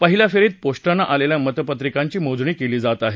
पहिल्या फेरीत पोस्टानं आलेल्या मतपत्रिकांची मोजणी केली जात आहे